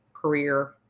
career